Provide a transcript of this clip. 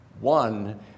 one